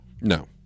No